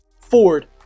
Ford